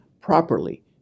properly